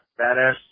badass